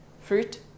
fruit